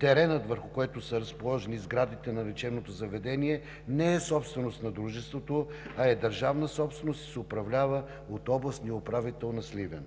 Теренът, върху който са разположени сградите на лечебното заведение, не е собственост на дружеството, а е държавна собственост и се управлява от областния управител на Сливен.